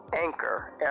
anchor